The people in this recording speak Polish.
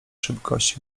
szybkości